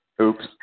Oops